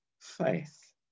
Faith